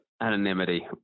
anonymity